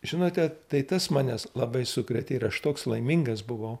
žinote tai tas manes labai sukrėtė ir aš toks laimingas buvau